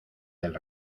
del